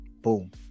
Boom